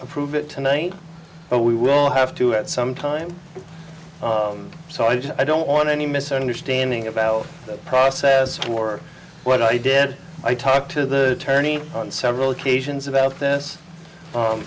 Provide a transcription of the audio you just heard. approve it tonight but we will have to at some time so i just i don't want any misunderstanding about the process or what i did i talked to the tourney on several occasions about this